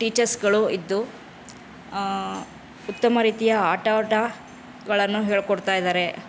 ಟೀಚರ್ಸುಗಳು ಇದ್ದು ಉತ್ತಮ ರೀತಿಯ ಆಟೋಟಗಳನ್ನು ಹೇಳಿಕೊಡ್ತಾ ಇದ್ದಾರೆ